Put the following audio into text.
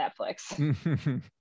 netflix